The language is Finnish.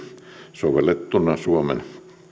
sovellettuna suomen